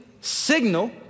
Signal